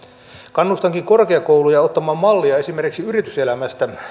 kannustankin korkeakouluja ottamaan mallia esimerkiksi yrityselämästä